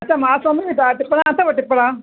त महाराज स्वामी तव्हां वटि टिपणा अथव टिपणा